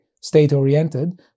state-oriented